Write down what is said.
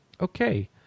Okay